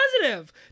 positive